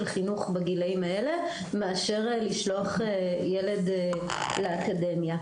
חינוך בגילאים האלה מאשר לשלוח ילד לאקדמיה.